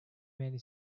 many